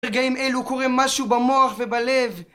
ברגעים אלו קורה משהו במוח ובלב